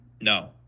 No